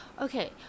okay